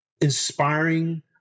inspiring